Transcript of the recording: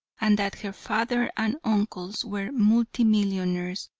and that her father and uncles were multi-millionaires,